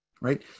right